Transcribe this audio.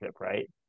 right